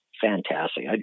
fantastic